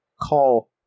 call